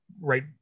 right